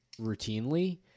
routinely